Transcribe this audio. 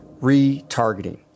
retargeting